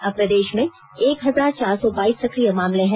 अब प्रदेश में एक हजार चार सौ बाइस सक्रिय मामले हैं